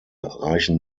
reichen